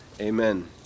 Amen